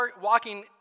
walking